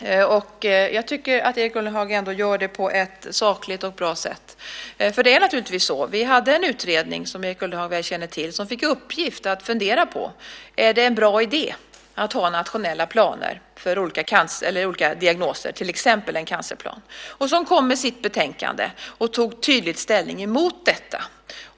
Jag tycker att Erik Ullenhag gör det på ett sakligt och bra sätt. Vi hade en utredning, som Erik Ullenhag väl känner till, som fick i uppgift att fundera på om det är en bra idé att ha nationella planer för olika diagnoser, till exempel en cancerplan. Den kom med sitt betänkande och tog tydligt ställning emot detta.